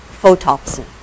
photopsin